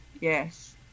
Yes